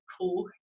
cool